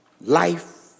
life